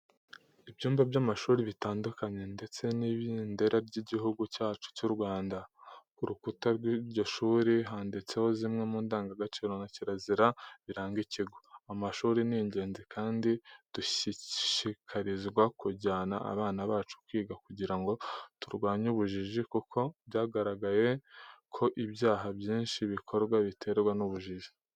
Ibyumba by'amashuri bitandukanye ndetse n'ibendera ry'Igihugu cyacu cy'u Rwanda. Ku rukuta rw'iryo shuri handitseho zimwe mu ndangagaciro na kirazira biranga ikigo. Amashuri ni ingenzi, kandi dushishikarizwa kujyana abana bacu kwiga kugira ngo turwanye ubujiji kuko byaragaragaye ko ibyaha byinshi bikorwa biterwa n'ubujiji.